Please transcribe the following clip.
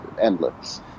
endless